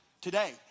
today